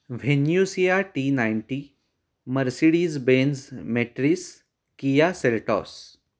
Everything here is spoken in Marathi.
Venucia T ninety Mercedes Benz Metris Kia Seltos